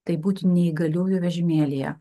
tai būt neįgaliųjų vežimėlyje